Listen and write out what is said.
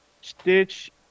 stitch